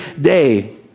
day